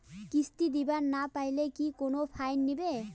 কিস্তি দিবার না পাইলে কি কোনো ফাইন নিবে?